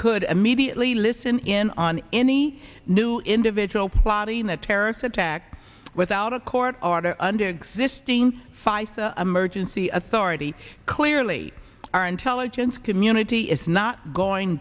could immediately listen in on any new individual plotting a terrorist attack without a court order under existing five emergency authority clearly our intelligence community is not going